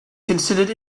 considered